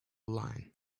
line